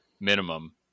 minimum